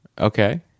Okay